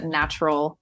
natural